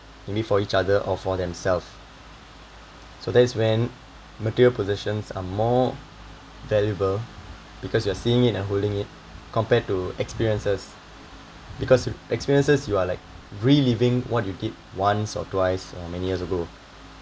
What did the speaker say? maybe for each other or for themselves so that is when material possessions are more valuable because you are seeing it and holding it compared to experiences because experiences you are like reliving what you did once or twice or many years ago